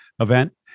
event